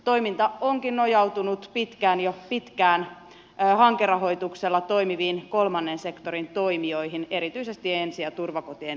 toiminta onkin nojautunut jo pitkään hankerahoituksella toimiviin kolmannen sektorin toimijoihin erityisesti ensi ja turvakotien liittoon